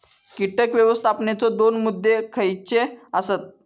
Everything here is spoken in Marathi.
कीटक व्यवस्थापनाचे दोन मुद्दे खयचे आसत?